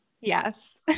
Yes